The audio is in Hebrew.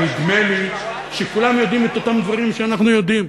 נדמה לי שכולם יודעים את אותם דברים שאנחנו יודעים.